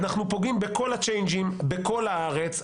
אנחנו פוגעים בכל הצ'יינג'ים בכל הארץ,